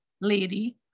lady